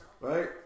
Right